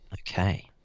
okay